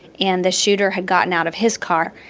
and the shooter had gotten out of his car.